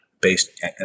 based